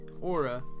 aura